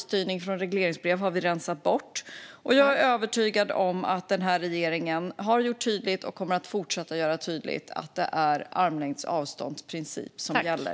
Jag är övertygad om att den här regeringen har gjort tydligt och kommer att fortsätta att göra tydligt att det är armlängds avstånds princip som gäller.